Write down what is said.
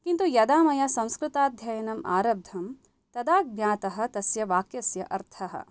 किन्तु यदा मया संस्कृताध्ययनम् आरब्धं तदा ज्ञातः तस्य वाक्यस्य अर्थः